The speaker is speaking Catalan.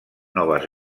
noves